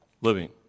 living